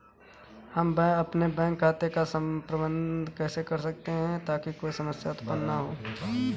हम अपने बैंक खाते का प्रबंधन कैसे कर सकते हैं ताकि कोई समस्या उत्पन्न न हो?